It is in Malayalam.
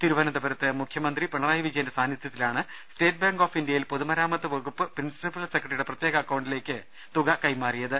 തിരുവനന്തപുരത്ത് മുഖ്യ മന്ത്രി പിണറായി വിജയന്റെ സാന്നിധ്യത്തിലാണ് സ്റ്റേറ്റ് ബാങ്ക് ഓഫ് ഇന്ത്യയിൽ പൊതുമരാമത്ത് വകുപ്പ് പ്രിൻസിപ്പൽ സെക്രട്ടറിയുടെ പ്രത്യേക അക്കൌണ്ടിലേക്ക് തുക കൈമാറിയത്